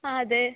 ആ അതെ